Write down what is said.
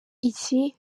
iki